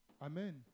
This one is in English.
Amen